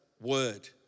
word